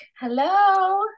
hello